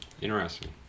interesting